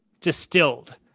distilled